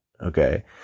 Okay